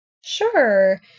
Sure